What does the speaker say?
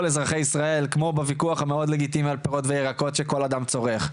אזרחי ישראל כמו בוויכוח המאוד לגיטימי על פירות וירקות שכל אדם צורך.